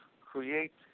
create